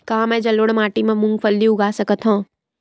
का मैं जलोढ़ माटी म मूंगफली उगा सकत हंव?